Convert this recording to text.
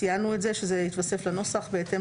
ציינו את זה שזה יתווסף לנוסח בהתאם